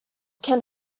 can